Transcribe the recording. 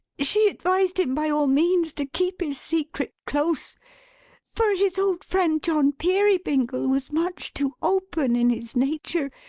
she advised him by all means to keep his secret close for his old friend john peerybingle was much too open in his nature,